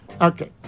Okay